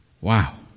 Wow